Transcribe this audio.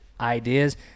ideas